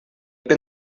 been